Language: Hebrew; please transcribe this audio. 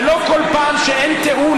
ולא כל פעם כשאין טיעון,